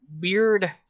weird